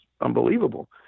unbelievable